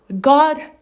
God